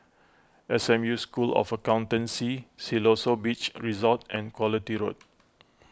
S M U School of Accountancy Siloso Beach Resort and Quality Road